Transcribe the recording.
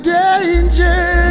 danger